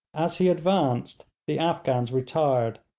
as he advanced, the afghans retired,